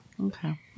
Okay